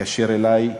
התקשר אלי,